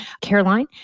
Caroline